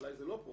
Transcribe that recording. ואולי זה לא פה